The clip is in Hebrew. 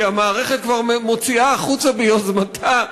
כי המערכת כבר מוציאה החוצה ביוזמתה,